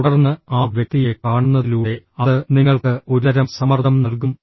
തുടർന്ന് ആ വ്യക്തിയെ കാണുന്നതിലൂടെ അത് നിങ്ങൾക്ക് ഒരുതരം സമ്മർദ്ദം നൽകും